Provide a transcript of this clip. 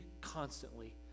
constantly